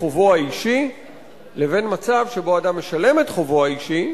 חובו האישי לבין מצב שבו אדם משלם את חובו האישי,